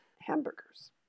hamburgers